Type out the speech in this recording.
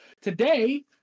Today